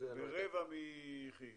ורבע מכי"ל.